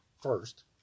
first